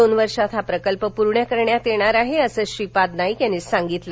दोन वर्षात हा प्रकल्प पूर्ण करण्यात येणार आहे असं श्रीपाद नाईक यांनी सांगितलं